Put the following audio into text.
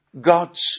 God's